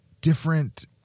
different